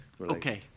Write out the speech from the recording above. Okay